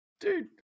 Dude